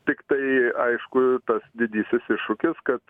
tiktai aišku tas didysis iššūkis kad